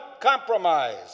compromise